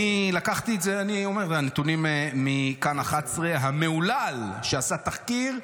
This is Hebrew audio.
אני לקחתי נתונים מכאן 11 המהולל, שעשה תחקיר.